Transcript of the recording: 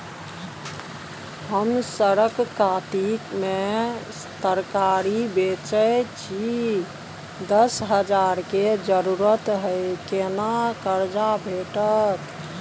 हम सरक कातिक में तरकारी बेचै छी, दस हजार के जरूरत हय केना कर्जा भेटतै?